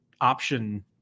option